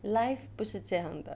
life 不是这样的